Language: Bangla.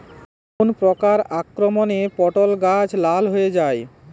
কোন প্রকার আক্রমণে পটল গাছ লাল হয়ে যায়?